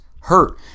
hurt